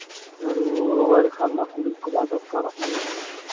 ᱦᱩᱲᱩ ᱨᱚᱦᱚᱭ ᱞᱮᱠᱷᱟᱱ ᱢᱟ ᱠᱩᱰᱤ ᱠᱚᱢᱟ ᱫᱚᱨᱠᱟᱨᱚᱜ ᱜᱮᱭᱟ